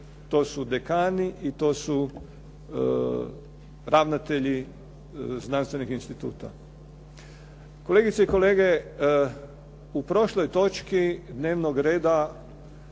to su dekani i to su ravnatelji znanstvenih instituta. Kolegice i kolega u prošloj točci dnevnog reda